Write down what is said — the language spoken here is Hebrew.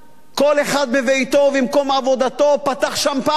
כל אחד בביתו ובמקום עבודתו, פתח שמפניה,